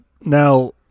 now